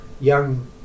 young